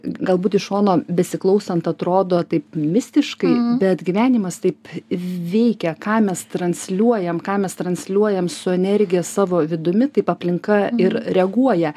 galbūt iš šono besiklausant atrodo taip mistiškai bet gyvenimas taip veikia ką mes transliuojam ką mes transliuojam su energija savo vidumi taip aplinka ir reaguoja